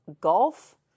Golf